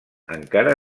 encara